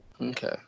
Okay